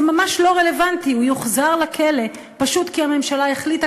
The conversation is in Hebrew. זה ממש לא רלוונטי והוא יוחזר לכלא פשוט כי הממשלה החליטה